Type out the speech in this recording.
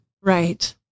Right